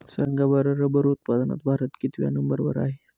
सांगा बरं रबर उत्पादनात भारत कितव्या नंबर वर आहे?